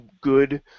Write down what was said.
good